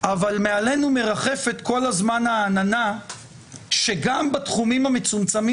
אבל מעלינו מרחפת כל הזמן העננה שגם בתחומים המצומצמים